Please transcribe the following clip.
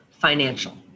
financial